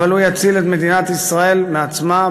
אבל הוא יציל את מדינת ישראל מעצמה,